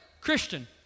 Christian